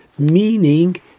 meaning